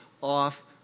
off